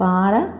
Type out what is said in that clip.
Para